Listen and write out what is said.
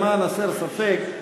למען הסר ספק,